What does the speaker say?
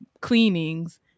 cleanings